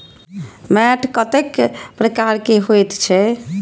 मैंट कतेक प्रकार के होयत छै?